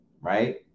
right